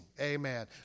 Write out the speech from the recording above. Amen